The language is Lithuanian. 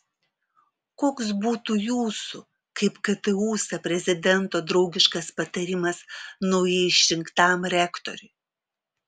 koks būtų jūsų kaip ktu sa prezidento draugiškas patarimas naujai išrinktam rektoriui